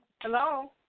Hello